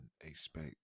expect